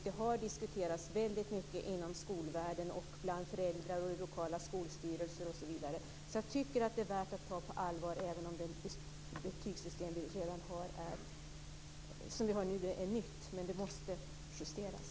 Det har diskuterats väldigt mycket inom skolvärlden bland föräldrar, i lokala skolstyrelser osv. Jag tycker att det är värt att ta på allvar även om det betygssystem vi har nu är nytt. Det måste justeras.